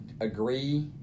agree